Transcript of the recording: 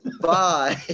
Bye